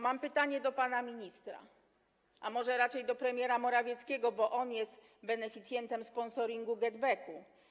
Mam pytanie do pana ministra, a może raczej do premiera Morawieckiego, bo on jest beneficjentem sponsoringu GetBacku.